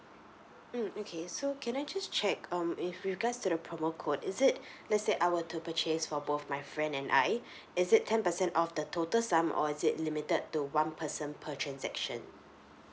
mm okay so can I just check um if you guys do the promo~ code is it let's say I were to purchase for both my friend and I is it ten percent off the total sum or is it limited to one person per transaction